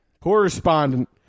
correspondent